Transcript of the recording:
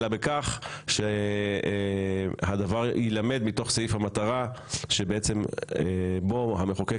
אלא בכך שהדבר יילמד מתוך סעיף המטרה שבעצם בו המחוקק